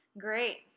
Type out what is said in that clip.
Great